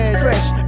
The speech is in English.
fresh